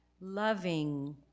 loving